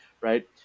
right